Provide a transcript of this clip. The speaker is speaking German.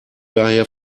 daher